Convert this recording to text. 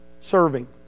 serving